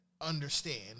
understand